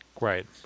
Right